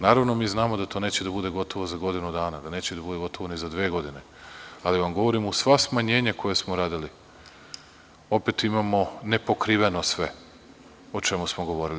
Naravno, mi znamo da to neće da bude gotovo za godinu dana, da neće da bude gotovo ni za dve godine, ali vam govorimo da, uz sva smanjenja koja smo radili, opet imamo nepokriveno sve o čemu smo govorili.